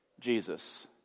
Jesus